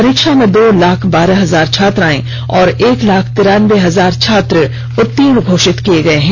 परीक्षा में दो लाख बारह हजार छात्राएं और एक लाख तिरानबे हजार छात्र उत्तीर्ण घोषित किये गये हैं